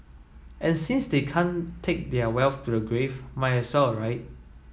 and since they can't take their wealth to the grave might a saw right